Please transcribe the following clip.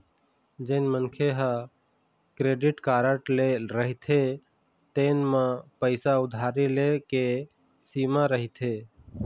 जेन मनखे ह क्रेडिट कारड ले रहिथे तेन म पइसा उधारी ले के सीमा रहिथे